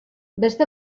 beste